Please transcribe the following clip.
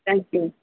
thank you